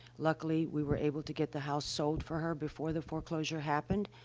luckily, we were able to get the house sold for her before the foreclosure happened,